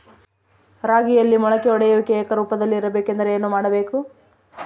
ರಾಗಿಯಲ್ಲಿ ಮೊಳಕೆ ಒಡೆಯುವಿಕೆ ಏಕರೂಪದಲ್ಲಿ ಇರಬೇಕೆಂದರೆ ಏನು ಮಾಡಬೇಕು?